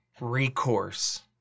recourse